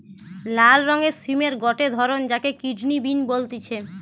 লাল রঙের সিমের গটে ধরণ যাকে কিডনি বিন বলতিছে